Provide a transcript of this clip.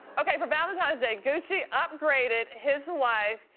okay, for valentine's day, gucci upgraded his wife,